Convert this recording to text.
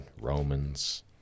Romans